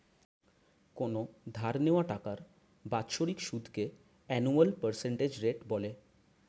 কোনো ধার নেওয়া টাকার বাৎসরিক সুদকে অ্যানুয়াল পার্সেন্টেজ রেট বলে